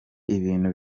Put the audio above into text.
ibintu